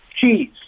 cheese